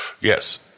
Yes